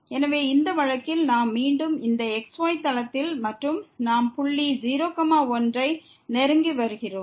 எனவே இந்த வழக்கில் நாம் மீண்டும் இந்த xy தளத்தில் புள்ளி 0 1 ஐ நெருங்கி வருகிறோம்